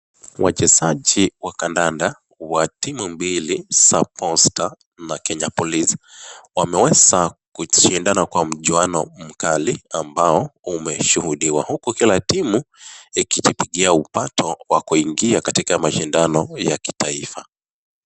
Wachezaji wa kandanda, wa timu mbili ya Posta na Kenya Police, wameweza kushindana kwa mchuano mkali ambao umeshuhudiwa huko kila timu, ikijipigia upato wa kuingia katika mashindano ya kitaifa.